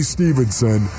Stevenson